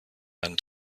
einen